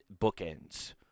bookends